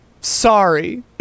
Sorry